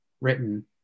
written